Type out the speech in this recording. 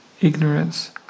ignorance